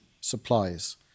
supplies